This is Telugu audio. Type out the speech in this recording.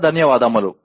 చాలా ధన్యవాదాలు